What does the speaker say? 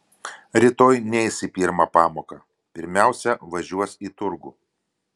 rytoj neis į pirmą pamoką pirmiausia važiuos į turgų